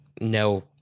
no